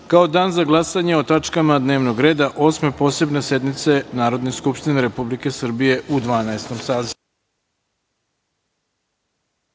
kao Dan za glasanje o tačkama dnevnog reda Osme posebne sednice Narodne skupštine Republike Srbije u Dvanaestom